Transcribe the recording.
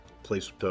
place